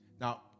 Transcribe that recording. Now